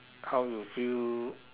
how you feel